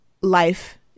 life